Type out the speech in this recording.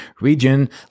region